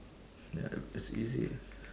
ya it's easy